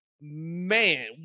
man